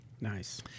Nice